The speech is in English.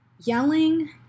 yelling